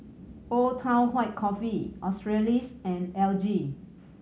Old Town White Coffee Australis and L G